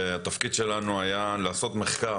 תפקידנו היה לעשות מחקר